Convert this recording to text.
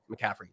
McCaffrey